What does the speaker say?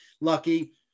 lucky